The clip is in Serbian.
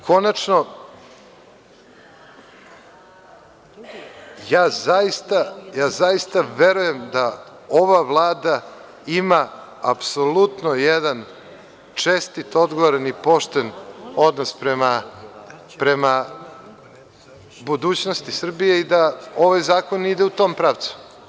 Konačno, ja zaista verujem da ova Vlada ima apsolutno jedan čestit, odgovoran i pošten odnos prema budućnosti Srbije i da ovaj zakon ide u tom pravcu.